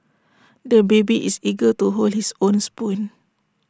the baby is eager to hold his own spoon